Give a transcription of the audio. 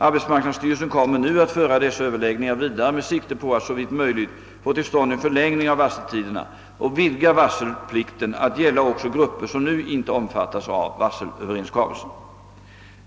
Arbetsmarknadsstyrelsen kommer nu att föra dessa överläggningar vidare med sikte på att såvitt möjligt få till stånd en förlängning av varseltiderna och vid ga varselplikten att gälla också grupper som nu inte omfattas av varselöverenskommelse.